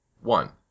one